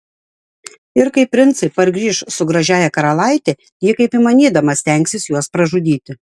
ir kai princai pargrįš su gražiąja karalaite ji kaip įmanydama stengsis juos pražudyti